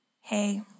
Hey